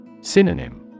Synonym